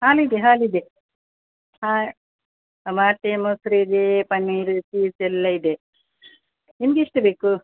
ಹಾಲಿದೆ ಹಾಲಿದೆ ಹಾಲು ಮಾತ್ರ ಮೊಸ್ರು ಇದೇ ಪನ್ನೀರ್ ಪೀಸ್ ಎಲ್ಲ ಇದೆ ನಿಮಗೆ ಎಷ್ಟು ಬೇಕು